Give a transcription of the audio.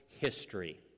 history